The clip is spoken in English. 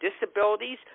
disabilities